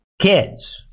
kids